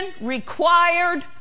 required